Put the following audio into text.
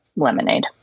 lemonade